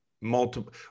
multiple